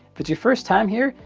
but your first time here,